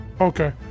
Okay